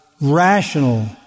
rational